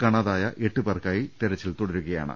കാണാതായ എട്ടു പേർക്കായി തെരച്ചിൽ തുടരുകയാണ്